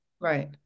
right